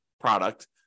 product